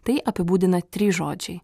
tai apibūdina trys žodžiai